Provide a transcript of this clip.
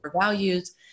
values